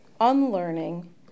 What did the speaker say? unlearning